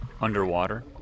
Underwater